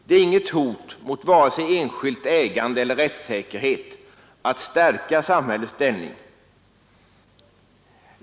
Det är inget hot mot vare sig enskilt ägande eller rättssäkerhet att stärka samhällets ställning.